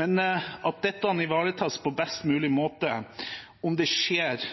Men at dette ivaretas på best mulig måte om det skjer